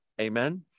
Amen